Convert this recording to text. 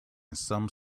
some